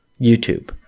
YouTube